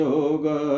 Yoga